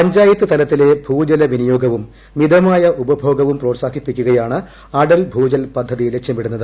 പഞ്ചായത്ത് തലത്തിലെ ഭൂജല വിനിയോഗവും മിതമായ ഉപഭോഗവും പ്രോത്സാഹിപ്പിക്കുകയാണ് അടൽ ഭൂജൽ പദ്ധതി ലക്ഷ്യമിടുന്നത്